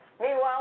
Meanwhile